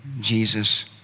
jesus